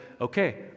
okay